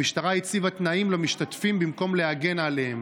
המשטרה הציבה תנאים למשתתפים במקום להגן עליהם.